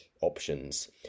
options